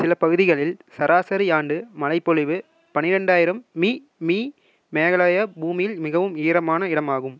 சில பகுதிகளில் சராசரி ஆண்டு மழைப்பொழிவு பனிரெண்டாயிரம் மி மீ மேகாலயா பூமியில் மிகவும் ஈரமான இடமாகும்